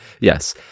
Yes